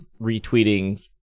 retweeting